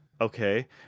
okay